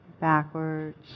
backwards